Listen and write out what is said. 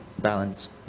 balance